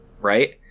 right